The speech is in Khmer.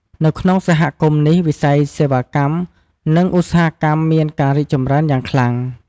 នៅក្នុងសហគមន៍នេះ វិស័យសេវាកម្ម និងឧស្សាហកម្មមានការរីកចម្រើនយ៉ាងខ្លាំង។